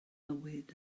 mywyd